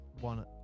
one